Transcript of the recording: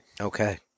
Okay